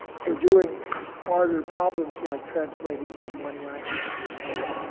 for doing harder problems, like translating from one language to another,